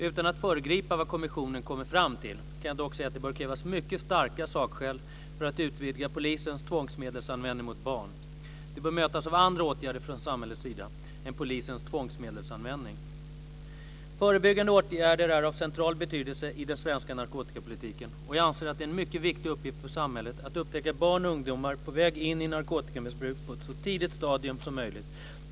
Utan att föregripa vad kommissionen kommer fram till kan jag dock säga att det bör krävas mycket starka sakskäl för att utvidga polisens tvångsmedelsanvändning mot barn. De bör mötas av andra åtgärder från samhällets sida än polisens tvångsmedelsanvändning. Förebyggande åtgärder är av central betydelse i den svenska narkotikapolitiken, och jag anser att det är en mycket viktig uppgift för samhället att upptäcka barn och ungdomar på väg in i narkotikamissbruk på ett så tidigt stadium som möjligt.